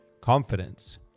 confidence